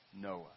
Noah